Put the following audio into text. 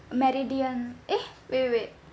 meridian eh wait wait